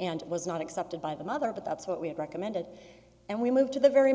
and it was not accepted by the mother but that's what we had recommended and we moved to the very